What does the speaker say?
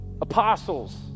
apostles